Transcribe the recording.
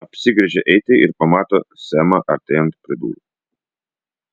apsigręžia eiti ir pamato semą artėjant prie durų